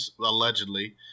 allegedly